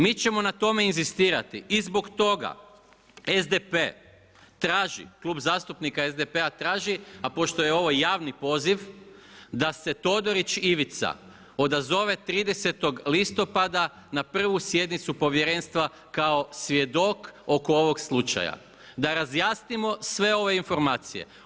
Mi ćemo na tome inzistirati i zbog toga SDP traži, Klub zastupnika SDP-a traži a pošto je ovo javni poziv da se Todorić Ivica odazove 30. listopada na prvu sjednicu povjerenstva kao svjedok oko ovog slučaja, da razjasnimo sve ove informacije.